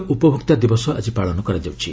ଜାତୀୟ ଉପଭୋକ୍ତା ଦିବସ ଆଜି ପାଳନ କରାଯାଉଛି